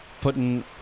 putting